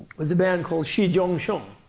was a man called xi zhongxun,